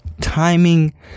Timing